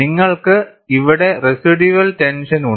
നിങ്ങൾക്ക് ഇവിടെ residual tension ഉണ്ട്